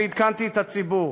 ועדכנתי את הציבור.